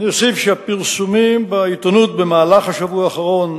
אני אוסיף שהפרסומים בעיתונות במהלך השבוע האחרון,